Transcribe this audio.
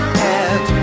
head